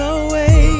away